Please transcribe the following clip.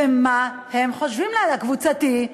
הקבוצתי.